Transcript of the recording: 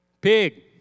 Pig